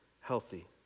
healthy